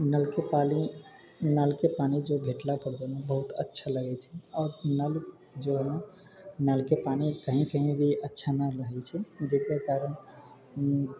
नलके पानि जो भेटलक हइ बहुत अच्छा लगै छै आओर नलके जाहि नलके पानि कहीँ कहीँ अच्छा नहि रहै छै जकर कारण